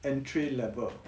entry level